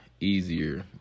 easier